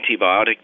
antibiotic